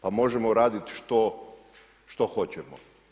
Pa možemo radit što hoćemo.